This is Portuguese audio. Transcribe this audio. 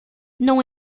não